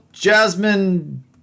Jasmine